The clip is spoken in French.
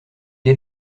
est